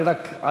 אני רק,